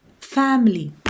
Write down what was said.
family